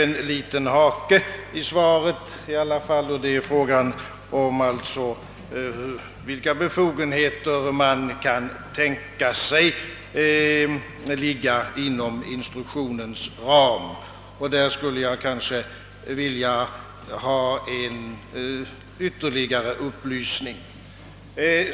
En liten hake finns i alla fall i svaret, och det är frågan om vilka befogenheter man kan tänka sig ligga inom instruktionens ram. På den punkten skulle jag vilja ha en ytterligare upplysning.